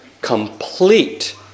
complete